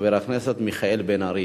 חבר הכנסת מיכאל בן-ארי,